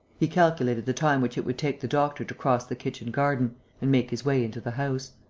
he calculated the time which it would take the doctor to cross the kitchen-garden and make his way into the house.